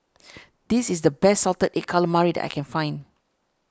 this is the best Salted Egg Calamari that I can find